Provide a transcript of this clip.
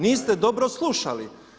Niste dobro slušali.